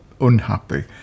unhappy